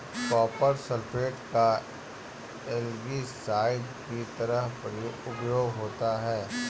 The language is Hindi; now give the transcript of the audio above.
कॉपर सल्फेट का एल्गीसाइड की तरह उपयोग होता है